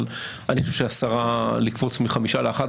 אבל אני חושב שלקפוץ מ-5 ל-11,